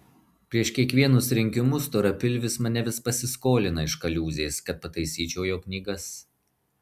prieš kiekvienus rinkimus storapilvis mane vis pasiskolina iš kaliūzės kad pataisyčiau jo knygas